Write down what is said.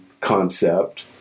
concept